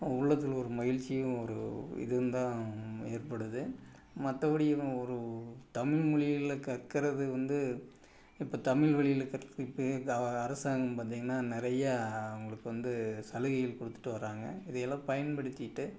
உள்ளத்தில் ஒரு மகிழ்ச்சியும் ஒரு இதுவும் தான் ஏற்படுது மற்றபடி எதுவும் ஒரு தமிழ் மொழியில கற்கிறது வந்து இப்போ தமிழ் வழியில கற் அரசாங்கம் பார்த்தீங்கன்னா நிறையா அவங்களுக்கு வந்து சலுகைகள் கொடுத்துட்டு வராங்க இதையெல்லாம் பயன்படுத்திகிட்டு